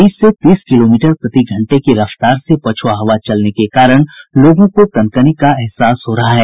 बीस से तीस किलोमीटर प्रति घंटे की रफ्तार से पछुआ हवा चलने के कारण लोगों को कनकनी का एहसास हो रहा है